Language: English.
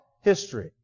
history